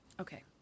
Okay